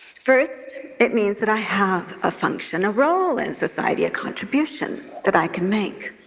first, it means that i have a function, a role in society, a contribution that i can make.